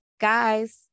guys